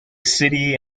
city